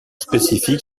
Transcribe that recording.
spécifique